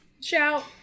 Shout